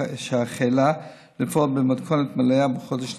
שהחלה לפעול במתכונת מלאה בחודש נובמבר,